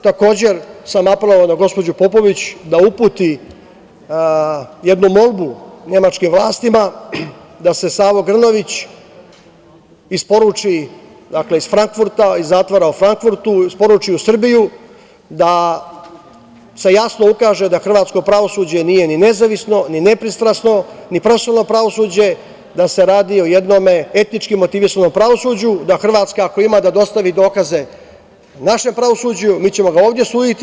Takođe sam apelovao na gospođu Popović da uputi jednu molbu nemačkim vlastima da se Savo Grnović isporuči iz zatvora u Frankfurtu u Srbiju, da se jasno ukaže da hrvatsko pravosuđe nije ni nezavisno, ni nepristrasno, ni profesionalno pravosuđe, da se radi o jednom etnički motivisanom pravosuđu, da Hrvatska, ako ima, dostavi dokaze našem pravosuđu i mi ćemo mu ovde suditi.